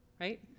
right